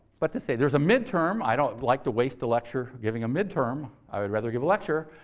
but to say? there's a midterm. i don't like to waste a lecture giving a midterm. i would rather give a lecture,